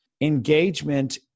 engagement